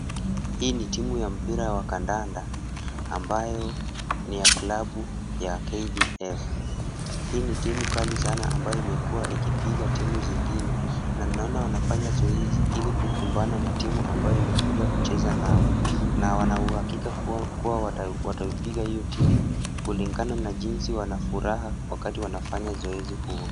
Hii ni timu ya mpira wa kandanda ambayo ni ya klabu ya KDF. Hii ni timu kali sana ambayo imekuwa ikipiga timu zingine na naona wanafanya zoezi ili kukumbana na timu ambayo imekuja kucheza nao na wana uhakika kuwa wataupiga hiyo timu kulingana na jinsi wana furaha wakati wanafanya zoezi huo.